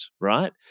right